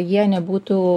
jie nebūtų